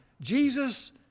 Jesus